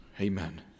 Amen